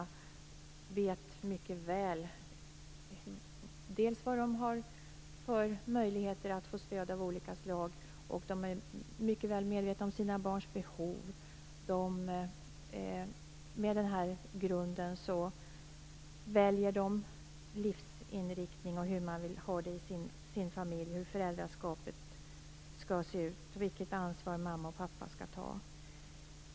De vet mycket väl vad de har för möjligheter att få stöd av olika slag, och de är mycket väl medvetna om sina barns behov. Med detta som grund väljer de livsinriktning och hur de vill ha de i sina familjer och hur föräldraskapet skall se ut - vilket ansvar mamma och pappa skall ta.